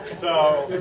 so,